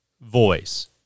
voice